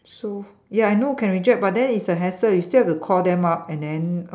so ya I know can reject but then it's a hassle you still have to call them up and then